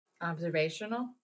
observational